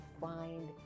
find